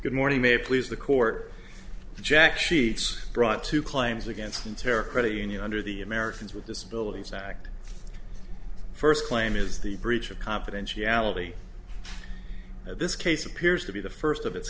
good morning may please the court jack sheets brought two claims against terror credit union under the americans with disabilities act first claim is the breach of confidentiality and this case appears to be the first of its